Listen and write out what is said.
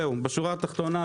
בשורה התחתונה,